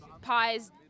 pies